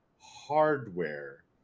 Hardware